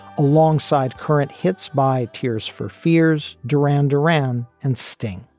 alongside current hits by tears for fears duran duran and sting.